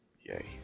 yay